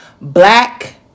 black